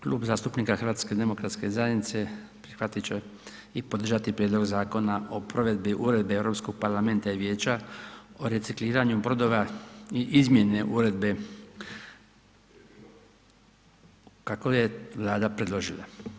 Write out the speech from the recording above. Kluba zastupnika HDZ-a prihvatit će i podržati Prijedlog Zakona o provedbi Uredbe EU parlamenta i Vijeća o recikliranju brodova i izmjene uredbe kako je Vlada predložila.